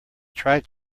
tried